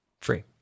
free